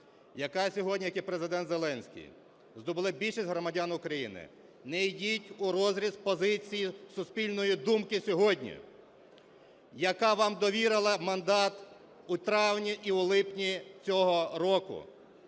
яка сьогодні, як і Президент Зеленський, здобули більшість у громадян України: не йдіть у розріз позицій суспільної думки сьогодні, яка вам довірила мандат у травні і в липні цього року.